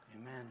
Amen